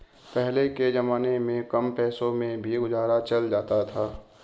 पहले के जमाने में कम पैसों में भी गुजारा चल जाता था